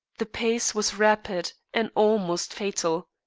the pace was rapid and almost fatal.